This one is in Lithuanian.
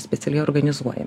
specialiai organizuoja